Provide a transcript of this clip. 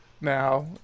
now